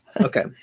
Okay